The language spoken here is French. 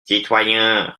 citoyen